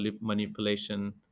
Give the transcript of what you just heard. manipulation